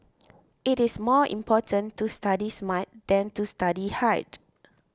it is more important to study smart than to study hard